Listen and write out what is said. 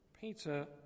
Peter